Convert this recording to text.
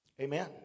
Amen